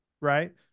right